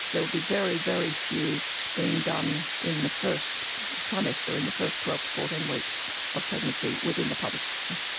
there would be very, very few being done in the first trimester, in the first twelve to fourteen weeks of pregnancy within the public system.